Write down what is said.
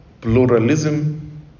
pluralism